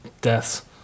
deaths